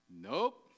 Nope